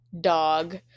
dog